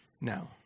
No